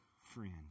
friend